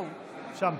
הוא שם.